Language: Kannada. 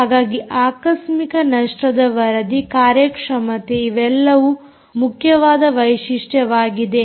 ಹಾಗಾಗಿ ಆಕಸ್ಮಿಕ ನಷ್ಟದ ವರದಿ ಕಾರ್ಯಕ್ಷಮತೆ ಇವೆಲ್ಲವೂ ಮುಖ್ಯವಾದ ವೈಶಿಷ್ಟ್ಯವಾಗಿದೆ